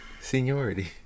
Seniority